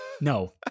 no